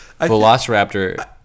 velociraptor